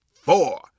four